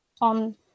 on